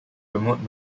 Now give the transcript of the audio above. dermot